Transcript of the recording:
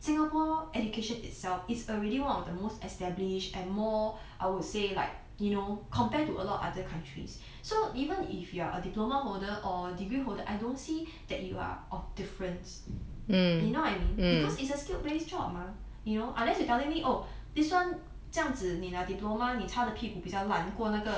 singapore education itself is already one of the most established and more I would say like you know compared to a lot of other countries so even if you are a diploma holder or degree holder I don't see that you are of difference you know what I mean because it's it's a skill based job mah you know unless you telling me oh this one 这样子你拿 diploma 你擦的屁股比较烂过那个